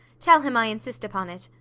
tell him i insist upon it.